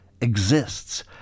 exists